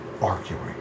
arguing